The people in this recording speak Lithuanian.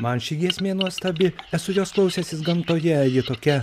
man ši giesmė nuostabi esu jos klausęsis gamtoje ji tokia